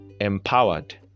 empowered